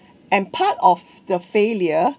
and part of the failure